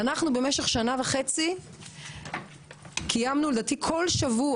אנחנו במשך שנה וחצי קיימנו כל שבוע,